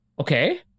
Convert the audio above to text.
okay